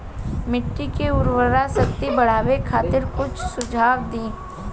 मिट्टी के उर्वरा शक्ति बढ़ावे खातिर कुछ सुझाव दी?